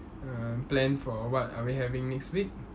err plan for what are we having next week